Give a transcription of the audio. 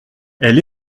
elle